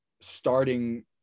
starting